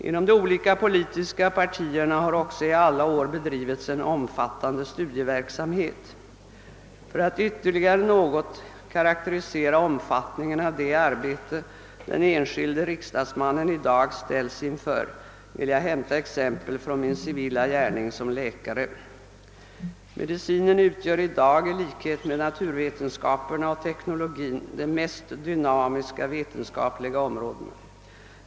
Inom de olika politiska partierna har också i alla år bedrivits en omfattande studieverksamhet. För att ytterligare något karakterisera omfattningen av det arbete den enskilde riksdagsmannen i dag ställs inför vill jag hämta exempel från min civila gärning som läkare. Medicinen tillhör i dag i likhet med naturvetenskaperna och teknologin de mest dynamiska vetenskapliga områdena.